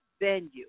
venue